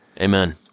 Amen